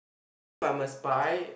even if I'm a spy